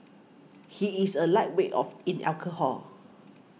he is a lightweight of in alcohol